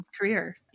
career